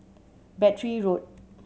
Battery Road